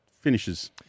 finishes